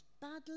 badly